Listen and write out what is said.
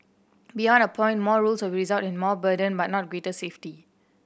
beyond a point more rules will result in more burden but not greater safety